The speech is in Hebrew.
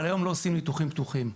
אבל היום לא עושים ניתוחים פתוחים.